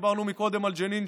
דיברנו קודם על "ג'נין,